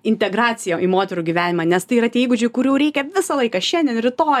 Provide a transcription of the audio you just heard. integracija į moterų gyvenimą nes tai yra tie įgūdžiai kurių reikia visą laiką šiandien rytoj